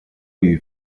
you